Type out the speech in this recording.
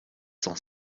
cent